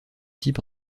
type